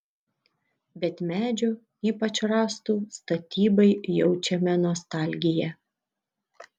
bet medžio ypač rąstų statybai jaučiame nostalgiją